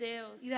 Deus